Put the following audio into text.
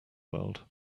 world